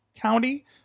County